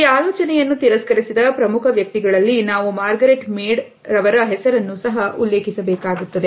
ಈ ಆಲೋಚನೆಯನ್ನು ತಿರಸ್ಕರಿಸಿದ ಪ್ರಮುಖ ವ್ಯಕ್ತಿಗಳಲ್ಲಿ ನಾವು ಮಾರ್ಗರೇಟ್ ಮೇಡ್ ಅವರ ಹೆಸರನ್ನು ಸಹ ಉಲ್ಲೇಖಿಸ ಬೇಕಾಗುತ್ತದೆ